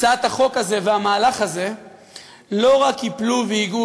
הצעת החוק הזאת והמהלך הזה לא רק ייפלו וייגעו